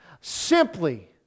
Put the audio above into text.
simply